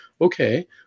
okay